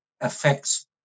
affects